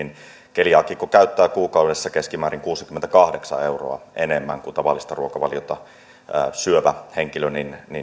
keliaakikko käyttää kuukaudessa keskimäärin kuusikymmentäkahdeksan euroa enemmän kuin tavallista ruokavaliota syövä henkilö